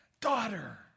Daughter